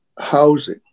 housing